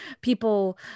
people